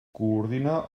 coordina